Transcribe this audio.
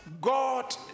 God